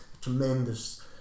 tremendous